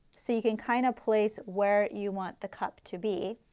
so you can kind of place where you want the cup to be.